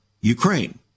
Ukraine